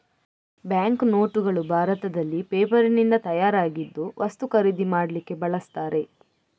bank ನೋಟುಗಳು ಭಾರತದಲ್ಲಿ ಪೇಪರಿನಿಂದ ತಯಾರಾಗಿದ್ದು ವಸ್ತು ಖರೀದಿ ಮಾಡ್ಲಿಕ್ಕೆ ಬಳಸ್ತಾರೆ